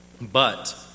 But